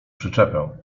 przyczepę